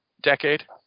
decade